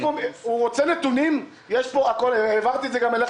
הוא רוצה נתונים העברתי את זה גם אליך